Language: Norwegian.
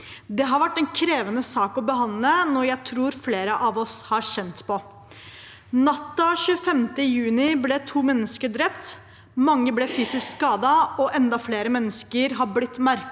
Dette har vært en krevende sak å behandle, noe jeg tror flere av oss har kjent på. Natt til 25. juni ble to mennesker drept, mange ble fysisk skadet, og enda flere mennesker har blitt merket